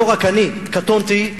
לא רק אני, קטונתי,